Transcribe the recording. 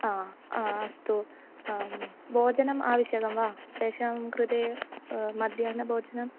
हा आ अस्तु भोजनम् आवश्यकं वा तेषां कृते मध्याह्नभोजनम्